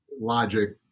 logic